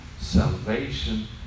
salvation